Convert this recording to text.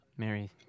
Mary